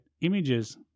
images